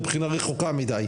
הבחינה רחוקה מדי.